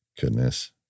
Goodness